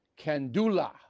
Kandula